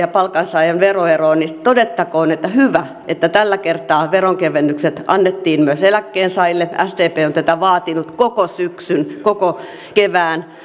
ja palkansaajan veroeroon niin todettakoon että hyvä että tällä kertaa veronkevennykset annettiin myös eläkkeensaajille sdp on on tätä vaatinut koko syksyn koko kevään